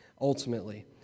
ultimately